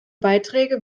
beiträge